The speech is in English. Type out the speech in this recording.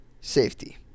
safety